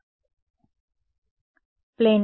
విద్యార్థి air plane